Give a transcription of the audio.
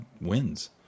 wins